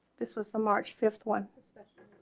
this was the march fifth one, especially